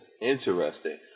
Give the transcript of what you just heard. Interesting